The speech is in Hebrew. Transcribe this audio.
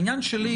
העניין שלי,